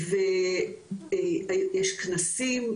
ויש כנסים,